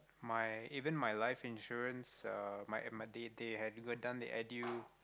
my even my life insurance uh my uh my they they have done the edu